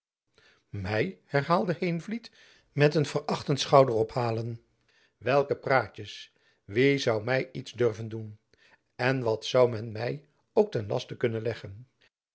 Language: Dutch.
my herhaalde heenvliet met een verachtend schouderophalen welke praatjens wie zoû my iets durven doen en wat zoû men my ook ten laste kunnen leggen